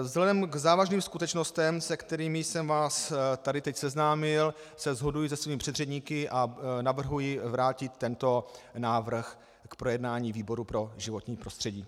Vzhledem k závažným skutečnostem, se kterými jsem vás tady teď seznámil, se shoduji se svými předřečníky a navrhuji vrátit tento návrh k projednání výboru pro životní prostředí.